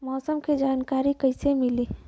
मौसम के जानकारी कैसे मिली?